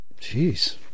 Jeez